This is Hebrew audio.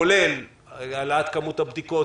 זה כולל העלאת כמות הבדיקות,